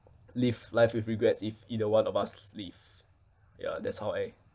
live life with regrets if either one of us leave ya that's how I